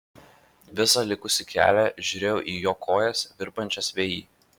visą likusį kelią žiūrėjau į jo kojas virpančias vėjy